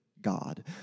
God